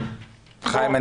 חיים,